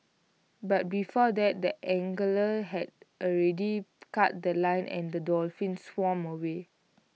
but before that the angler had already cut The Line and the dolphin swam away